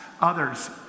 others